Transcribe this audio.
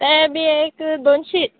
तें बी एक दोनशीत